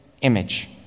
image